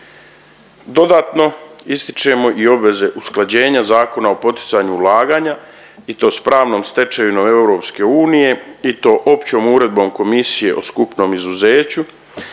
Dodatno ističemo i obveze usklađenja Zakona o poticanju ulaganja i to s pravnom stečevinom EU i to Općom uredbom Komisije o skupnom izuzeću,